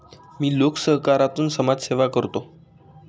मी लोकसहकारातून समाजसेवा करतो